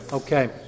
Okay